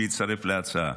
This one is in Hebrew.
שהצטרף להצעה,